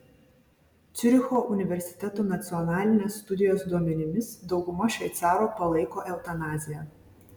ciuricho universiteto nacionalinės studijos duomenimis dauguma šveicarų palaiko eutanaziją